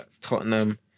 Tottenham